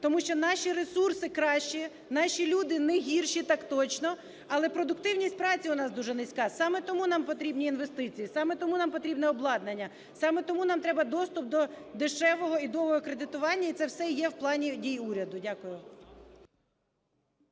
Тому що наші ресурси кращі, наші люди не гірші, так точно, але продуктивність праці у нас дуже низька. Саме тому нам потрібні інвестиції, саме тому нам потрібне обладнання, саме тому нам треба доступ до дешевого і довгого кредитування, і це все є в плані дій уряду. Дякую.